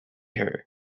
her